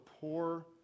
poor